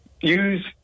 Use